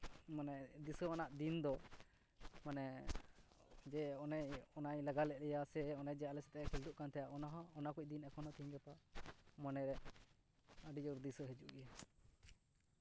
ᱢᱟᱱᱮ ᱫᱤᱥᱟᱹᱣᱟᱱᱟᱜ ᱫᱤᱱ ᱫᱚ ᱢᱟᱱᱮ ᱡᱮ ᱚᱱᱮ ᱚᱱᱟᱭ ᱞᱟᱜᱟ ᱞᱮᱫ ᱞᱮᱭᱟᱭ ᱥᱮ ᱚᱱᱮ ᱡᱮ ᱟᱞᱮ ᱥᱟᱛᱮᱜᱼᱮ ᱠᱷᱤᱞᱰᱩᱜ ᱠᱟᱱ ᱛᱟᱦᱮᱸᱫ ᱚᱱᱟ ᱦᱚᱸ ᱚᱱᱟᱠᱚ ᱫᱤᱱ ᱮᱠᱷᱚᱱ ᱦᱚᱸ ᱛᱮᱦᱤᱧ ᱜᱟᱯᱟ ᱢᱚᱱᱮᱨᱮ ᱟᱹᱰᱤ ᱡᱳᱨ ᱫᱤᱥᱟᱹ ᱦᱤᱡᱩᱜ ᱜᱮᱭᱟ